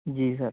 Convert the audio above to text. جی سر